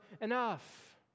enough